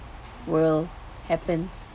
will happens